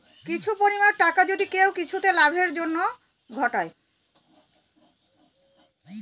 কিছু পরিমাণ টাকা যদি কেউ কিছুতে লাভের জন্য ঘটায়